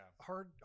hard